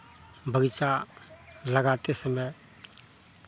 बगीचा लगाते समय